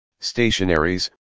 stationaries